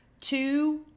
two